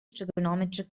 trigonometric